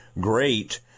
great